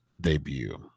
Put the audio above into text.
debut